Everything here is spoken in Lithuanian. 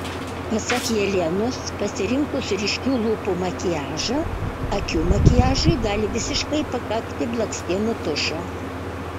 pasak jelenos pasirinkus ryškių lūpų makiažą akių makiažui gali visiškai pakakti blakstienų tušo